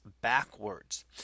backwards